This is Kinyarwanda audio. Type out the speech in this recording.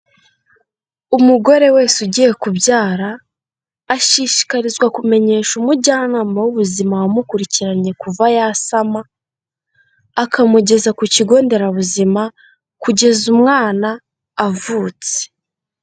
Umugore wese ugiye kubyara, ashishikarizwa kumenyesha umujyanama w'ubuzima wamukurikiranye kuva yasama, akamugeza ku kigo nderabuzima kugeza umwana avutse.